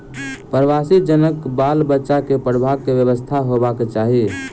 प्रवासी जनक बाल बच्चा के पढ़बाक व्यवस्था होयबाक चाही